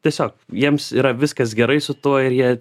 tiesiog jiems yra viskas gerai su tuo ir jie